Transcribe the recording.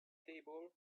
table